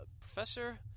Professor